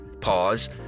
pause